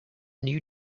new